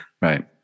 right